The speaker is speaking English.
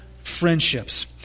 friendships